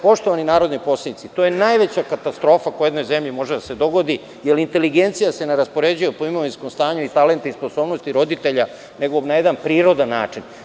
Poštovani narodni poslanici, to je najveća katastrofa koja jednoj zemlji može da se dogodi, jer inteligencija se ne raspoređuje po imovinskom stanju i talentu i sposobnostima roditelja, nego na jedan prirodan način.